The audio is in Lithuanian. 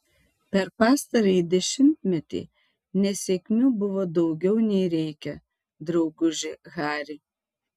per pastarąjį dešimtmetį nesėkmių buvo daugiau nei reikia drauguži hari